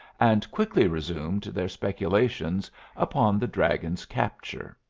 and quickly resumed their speculations upon the dragon's capture.